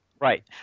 Right